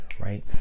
right